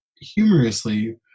humorously